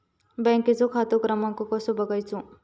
बँकेचो खाते क्रमांक कसो बगायचो?